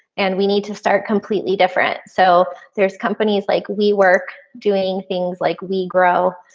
and we need to start completely different. so there's companies like we work doing things like we grow,